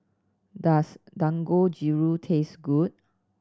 does Dangojiru taste good